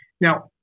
Now